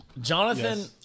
Jonathan